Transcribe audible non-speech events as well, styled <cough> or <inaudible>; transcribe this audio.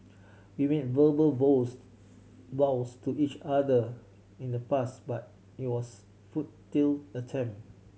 we made verbal <unintelligible> vows to each other in the past but it was futile attempt